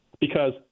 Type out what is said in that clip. because-